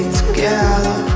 together